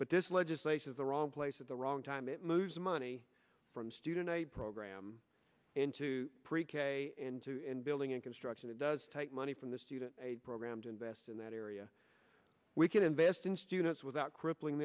but this legislation is the wrong place at the wrong time it moves money from student aid program into pre k into building and construction it does take money from the student aid program to invest in that area we can invest in students without crippling